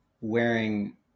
wearing